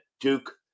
Duke